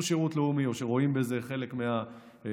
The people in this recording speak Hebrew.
שירות לאומי או שרואים בזה חלק מהיעד,